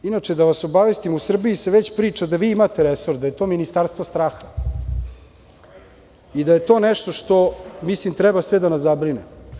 Inače da vas obavestim da se u Srbiji već priča da vi imate resor, da je to ministarstvo straha i da je to nešto što mislim da sve treba da nas zabrine.